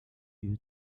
you